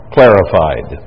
Clarified